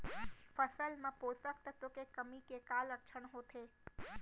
फसल मा पोसक तत्व के कमी के का लक्षण होथे?